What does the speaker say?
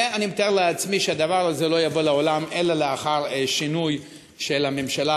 ואני מתאר לעצמי שהדבר הזה לא יבוא לעולם אלא לאחר שינוי של הממשלה,